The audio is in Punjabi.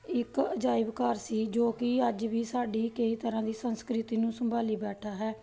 ਇੱਕ ਅਜਾਇਬ ਘਰ ਸੀ ਜੋ ਕਿ ਅੱਜ ਵੀ ਸਾਡੀ ਕਈ ਤਰ੍ਹਾਂ ਦੀ ਸੰਸਕ੍ਰਿਤੀ ਨੂੰ ਸੰਭਾਲੀ ਬੈਠਾ ਹੈ